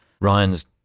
Ryan's